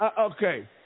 okay